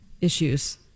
issues